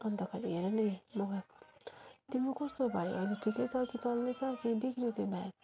अन्तखेरि हेर न यहाँ मगाएको तिम्रो कस्तो भयो अहिले ठिकै छ कि चल्दैछ कि बिग्रियो त्यो ब्याग